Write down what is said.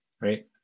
right